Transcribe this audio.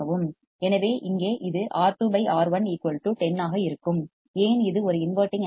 எனவே இங்கே இது R2 R 1 10 ஆக இருக்கும் ஏன் இது ஒரு இன்வடிங் ஆம்ப்ளிபையர் என்பதால்